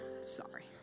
Sorry